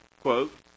quote